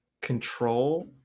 control